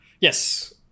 Yes